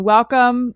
Welcome